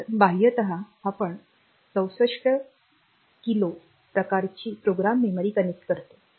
तर बाह्यतः आपण 64 के प्रकारची प्रोग्राम मेमरी कनेक्ट करतो